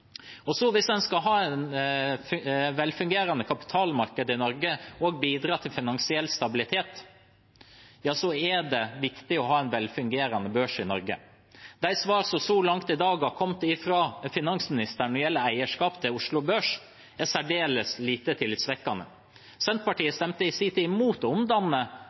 Hvis en skal ha et velfungerende kapitalmarked i Norge og bidra til finansiell stabilitet, er det viktig å ha en velfungerende børs i Norge. De svarene som så langt i dag har kommet fra finansministeren når det gjelder eierskap til Oslo Børs, er særdeles lite tillitvekkende. Senterpartiet stemte i sin tid imot å omdanne